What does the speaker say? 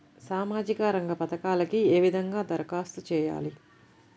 సామాజిక రంగ పథకాలకీ ఏ విధంగా ధరఖాస్తు చేయాలి?